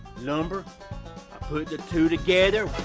lumber. i put the two together.